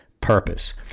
purpose